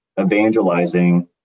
evangelizing